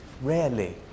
rarely